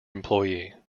employee